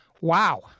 Wow